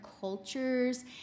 cultures